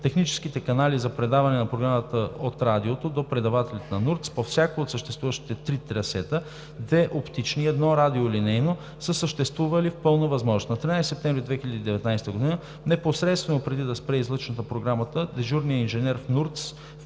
Техническите канали за предаване на програма от Радиото до предавателите на НУРТС по всяко от съществуващите три трасета – две оптични и едно радиорелейно, са съществували в пълна възможност. На 13 септември 2019 г., непосредствено преди да спре излъчването на програмата, дежурният инженер в НУРТС